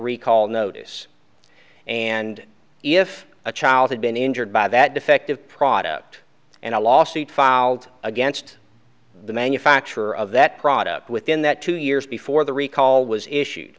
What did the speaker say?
recall notice and if a child had been injured by that defective product and a lawsuit filed against the manufacturer of that product within that two years before the recall was issued